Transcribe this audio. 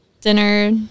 dinner –